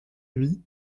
lui